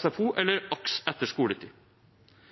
SFO eller AKS etter skoletid.